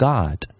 God